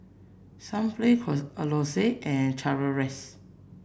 Sunplay Lacoste and Chateraise